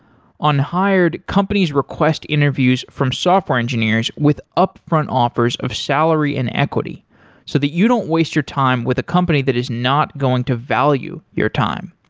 on hired, companies request interviews from software engineers with upfront offers of salary and equity so that you don't waste your time with a company that is not going to value your time.